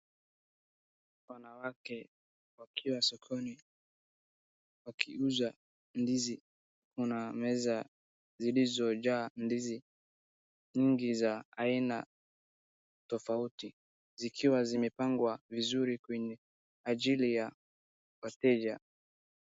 Wanawake, wakiwa sokoni, wakiuza ndizi. Kuna meza zilizojaa ndizi nyingi za aina tofauti, zikiwa zimepangwa vizuri kwa ajili ya wateja.